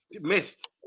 missed